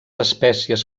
espècies